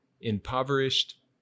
impoverished